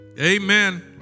Amen